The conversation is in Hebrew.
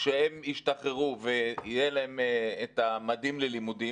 שהם ישתחררו ותהיה להם התוכנית "ממדים ללימודים",